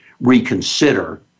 reconsider